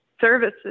services